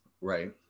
Right